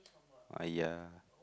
aiyah